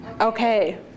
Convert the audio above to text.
Okay